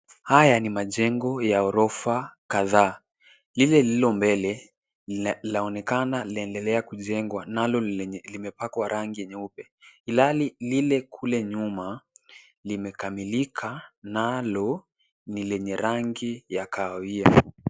Haya ni majengo ya ghorofa kadhaa, lile lililo mbele ,laonekana linaendelea kujengwa nalo limepakwa rangi nyeupe, ilhali lile kule nyuma limekamilika nalo ni lenye rangi ya kahawia.